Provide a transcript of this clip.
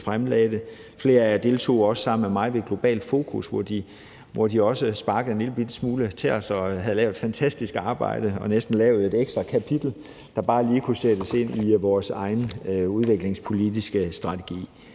fremlagde det. Flere af jer deltog også sammen med mig ved Globalt Fokus-arrangementet, hvor de også sparkede en lillebitte smule til os og havde lavet et fantastisk arbejde og næsten lavet et ekstra kapitel, der bare lige kunne sættes ind i vores egen udviklingspolitiske strategi.